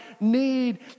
need